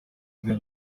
ibihe